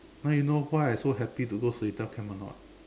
now you know why I so happy to go Seletar camp or not